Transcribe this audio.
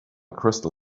crystal